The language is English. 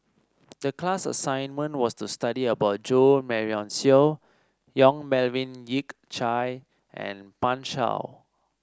the class assignment was to study about Jo Marion Seow Yong Melvin Yik Chye and Pan Shou